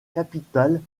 capitale